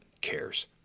cares